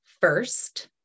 first